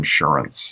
insurance